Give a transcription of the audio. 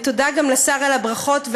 ותודה גם לשר על הברכות.